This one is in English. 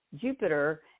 Jupiter